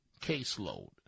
caseload